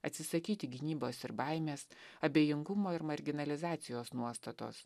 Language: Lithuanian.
atsisakyti gynybos ir baimės abejingumo ir marginalizacijos nuostatos